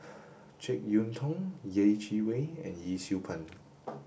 Jek Yeun Thong Yeh Chi Wei and Yee Siew Pun